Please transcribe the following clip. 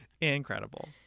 Incredible